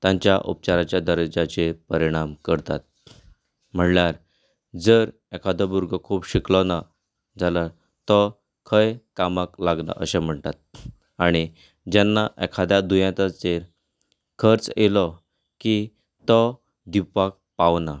तांच्या उपचाराच्या दर्जाचेर परिणाम करतात म्हणल्यार जर एकादो भुरगो खूब शिकलो ना जाल्यार तो खंय कामाक लागना अशें म्हणटात आनी जेन्ना एकाद्या दुयेंताचेर खर्च येयलो की तो दिवपाक पावना